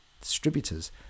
distributors